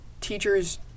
teacher's